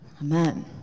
amen